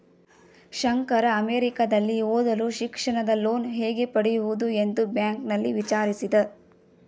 ಶಂಕರ ಅಮೆರಿಕದಲ್ಲಿ ಓದಲು ಶಿಕ್ಷಣದ ಲೋನ್ ಹೇಗೆ ಪಡೆಯುವುದು ಎಂದು ಬ್ಯಾಂಕ್ನಲ್ಲಿ ವಿಚಾರಿಸಿದ